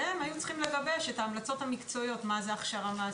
והם היו צריכים לגבש את ההמלצות המקצועיות מה זה הכשרה מעשית,